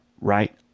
Right